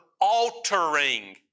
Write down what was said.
altering